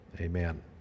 amen